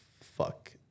fuck